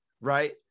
right